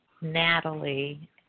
Natalie